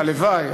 הלוואי,